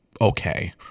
okay